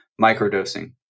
Microdosing